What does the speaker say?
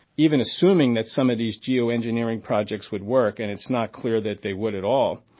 even assuming that some of these geo-engineering projects would work, and it's not clear that they would at all,